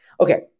Okay